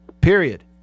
Period